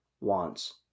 wants